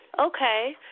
Okay